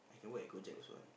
I can work at Go-Jek also what